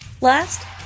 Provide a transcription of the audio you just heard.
Last